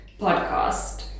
podcast